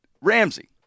Ramsey